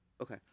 Okay